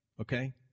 Okay